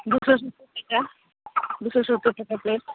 ᱫᱩᱥᱚ ᱥᱚᱛᱚᱨ ᱴᱟᱠᱟ ᱫᱩᱥᱚ ᱥᱚᱛᱳᱨ ᱴᱟᱠᱟ ᱯᱮᱞᱮᱴ